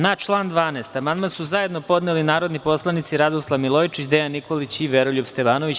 Na član 12. amandman su zajedno podneli narodni poslanici Radoslav Milojičić, Dejan Nikolić i Veroljub Stevanović.